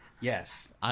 Yes